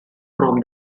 from